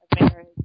marriage